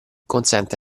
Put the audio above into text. consente